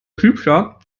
piepser